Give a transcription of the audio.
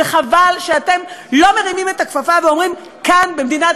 וחבל שאתם לא מרימים את הכפפה ואומרים: כאן במדינת